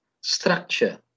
structure